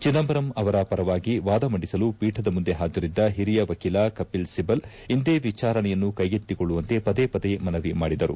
ಚಿದಂಬರಂ ಅವರ ಪರವಾಗಿ ವಾದ ಮಂಡಿಸಲು ಪೀಠದ ಮುಂದೆ ಹಾಜರಿದ್ದ ಹಿರಿಯ ವಕೀಲ ಕಪಿಲ್ ಸಿಬಲ್ ಇಂದೇ ವಿಚಾರಣೆಯನ್ನು ಕೈಗೆತ್ತಿಕೊಳ್ಳುವಂತೆ ಪದೇ ಪದೇ ಮನವಿ ಮಾಡಿದರು